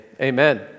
amen